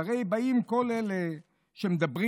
שהרי באים כל אלה שמדברים,